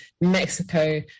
Mexico